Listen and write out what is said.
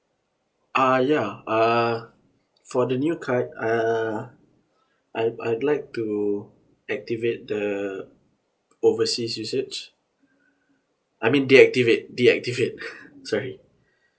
uh ya uh for the new card uh I'd I'd like to activate the overseas usage I mean deactivate deactivate sorry